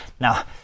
Now